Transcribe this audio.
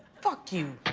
fuck you.